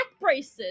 braces